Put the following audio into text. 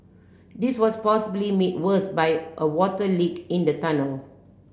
this was possibly made worse by a water leak in the tunnel